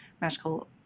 magical